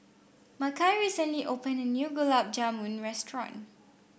Makai recently opened a new Gulab Jamun restaurant